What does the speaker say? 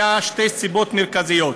היו שתי סיבות מרכזיות: